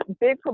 big